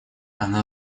она